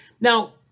now